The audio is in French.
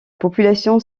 population